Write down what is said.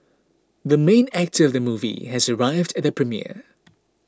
the main actor of the movie has arrived at the premiere